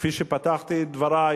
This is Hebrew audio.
כפי שפתחתי את דברי,